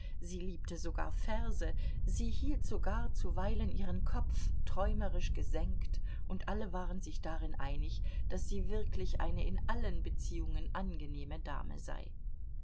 sie liebte sogar verse sie hielt sogar zuweilen ihren kopf träumerisch gesenkt und alle waren sich darin einig daß sie wirklich eine in allen beziehungen angenehme dame sei